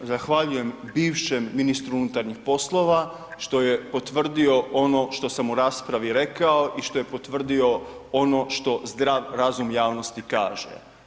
Evo, zahvaljujem bivšem ministru unutarnjih poslova što je potvrdio ono što sam u raspravi rekao i što je potvrdio ono što zdrav razum javnosti kaže.